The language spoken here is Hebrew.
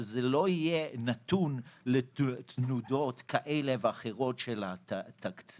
שזה לא יהיה נתון לתנודות כאלה ואחרות של התקציב,